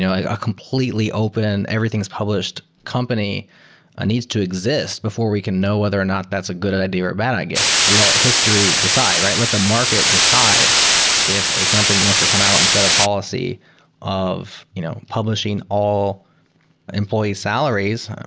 a a completely open, everything is published company needs to exist before we can know whether or not that's a good idea or a bad idea. let history decide, right? let the market decide if a company wants to come out and set a policy of you know publishing all employee salaries.